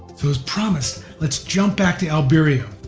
so, as promised, let's jump back to alberio.